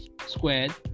squared